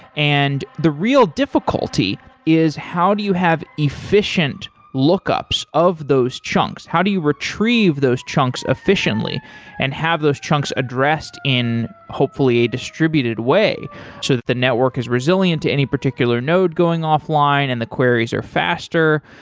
and the real difficulty is how do you have efficient lookups of those chunks. how do you retrieve those chunks efficiently and have those chunks addressed in, hopefully, a distributed way so that the network is resilient to any particular node going offline and the queries are faster.